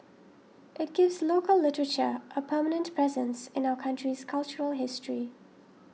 it gives local literature a permanent presence in our country's cultural history